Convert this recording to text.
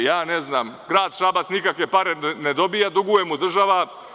Ja ne znam, grad Šabac nikakve pare ne dobija, duguje mu država.